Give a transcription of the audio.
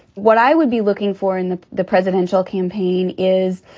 what i would be looking for in the the presidential campaign is,